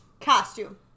costume